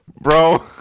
bro